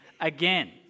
again